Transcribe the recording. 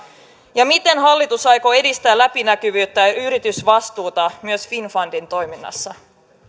miten hallitus aikoo edistää läpinäkyvyyttä ja yritysvastuuta myös finnfundin toiminnassa